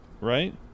right